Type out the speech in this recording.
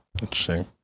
Interesting